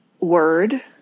word